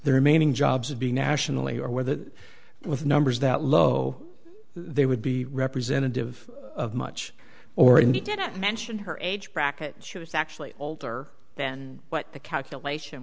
the remaining jobs would be nationally or where the with numbers that low they would be representative of much or indeed didn't mention her age bracket she was actually older than what the calculation